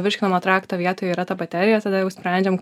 virškinamo trakto vietoje yra ta baterija tada jau sprendžiam